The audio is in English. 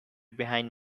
behind